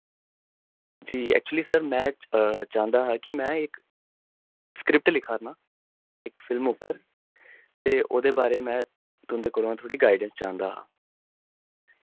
जी actually sir में चांह्दा हां कि में इक स्क्रिप्ट लिखा'रना इक फिल्म उप्पर ते ओह्दे बारे में तुं'दे कोलों थोह्ड़ी गाइडैन्स चांह्दा हा